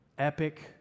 epic